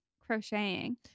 crocheting